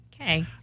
Okay